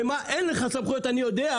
ומה אין לך סמכויות, אני יודע.